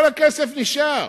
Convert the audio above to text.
כל הכסף נשאר.